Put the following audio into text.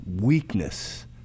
weakness